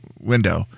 window